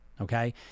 Okay